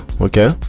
okay